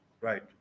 right